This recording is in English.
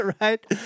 right